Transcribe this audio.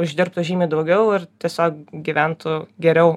uždirbtų žymiai daugiau ir tiesiog gyventų geriau